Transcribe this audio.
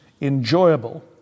enjoyable